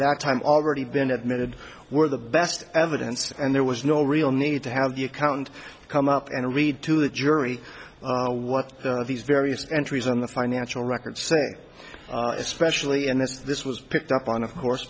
that time already been admitted were the best evidence and there was no real need to have the account come up and read to the jury what these various entries on the financial records say especially in this this was picked up on of course